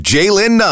Jalen